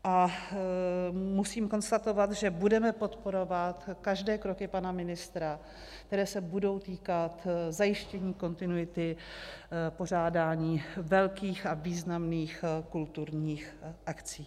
A musím konstatovat, že budeme podporovat každé kroky pana ministra, které se budou týkat zajištění kontinuity pořádání velkých a významných kulturních akcí.